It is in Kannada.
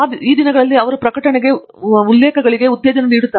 ಈ ದಿನಗಳಲ್ಲಿ ಅವರು ಪ್ರಕಟಣೆಯ ಉಲ್ಲೇಖಗಳಿಗೆ ಉತ್ತೇಜನ ನೀಡುತ್ತಾರೆ